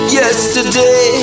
yesterday